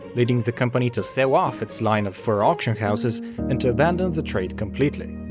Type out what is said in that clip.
leading the company to sell off its line of fur auction houses and to abandon the trade completely.